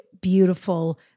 beautiful